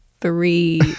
three